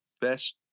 best